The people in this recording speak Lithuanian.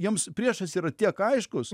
jiems priešas yra tiek aiškus